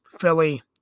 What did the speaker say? Philly